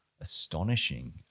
astonishing